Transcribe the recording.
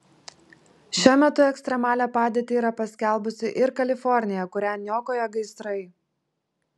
šiuo metu ekstremalią padėtį yra paskelbusi ir kalifornija kurią niokoja gaisrai